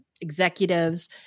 executives